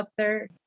author